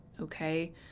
okay